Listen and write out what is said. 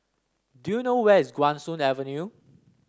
do you know where is Guan Soon Avenue